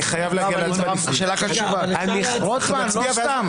אני חייב להגיע -- אנחנו נצביע ואחרי זה -- אבל רוטמן לא סתם,